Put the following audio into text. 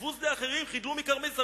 עזבו שדה אחרים, חדלו מכרמי זרים,